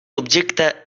objecte